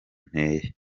nteye